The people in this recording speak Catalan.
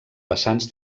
vessants